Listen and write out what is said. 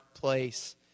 place